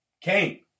Kane